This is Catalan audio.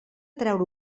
treure